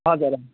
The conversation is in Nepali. हजुर